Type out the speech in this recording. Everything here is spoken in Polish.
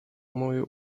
moje